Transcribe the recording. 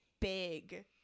big